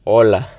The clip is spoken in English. Hola